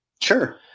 sure